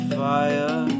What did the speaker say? fire